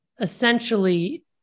essentially